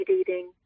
eating